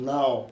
Now